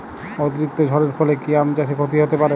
অতিরিক্ত ঝড়ের ফলে কি আম চাষে ক্ষতি হতে পারে?